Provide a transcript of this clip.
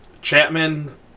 Chapman